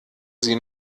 sie